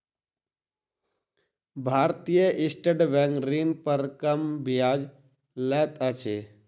भारतीय state bank ऋण पर कम ब्याज लैत अछि